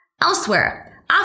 Elsewhere